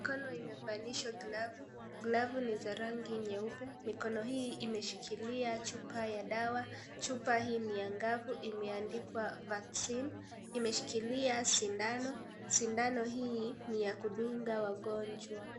Mikono imevalishwa glavu. Glavu ni za rangi nyeupe. Mikono hii imeshikilia chupa ya dawa. Chupa hii ni angavu, chupa hii imeandikwa vaccine ,imeshikilia sindano. Sindano hii ni ya kudunga wagonjwa.